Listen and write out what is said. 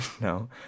No